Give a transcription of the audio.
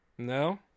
No